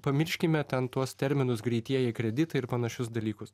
pamirškime ten tuos terminus greitieji kreditai ir panašius dalykus